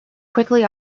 quickly